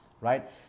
right